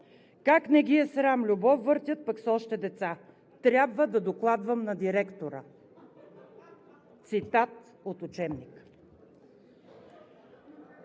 Как не ги е срам – любов въртят, пък са още деца?! Трябва да докладвам на директора.“ Цитат от учебник?!